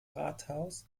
rathaus